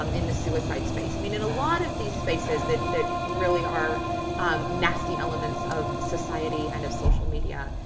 um in the suicide space, i mean in a lot of these spaces that that really are nasty elements of society and of social media,